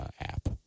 app